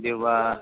দেওবাৰ